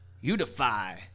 Unify